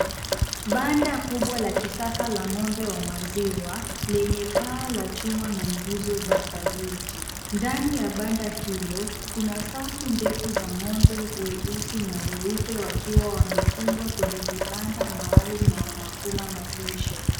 Banda kubwa la kisasa la ng'ombe wa maziwa lenye paa la chuma na nguzo za saruji. Ndani ya banda hilo kuna safu ndefu za ng'ombe weusi na weupe wakiwa wamefungwa kwenye vibanda maalumu na wanakula malisho.